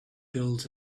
build